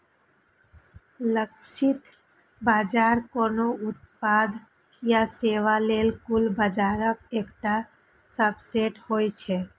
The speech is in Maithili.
लक्षित बाजार कोनो उत्पाद या सेवा लेल कुल बाजारक एकटा सबसेट होइ छै